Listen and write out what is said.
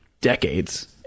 decades